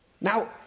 Now